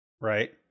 right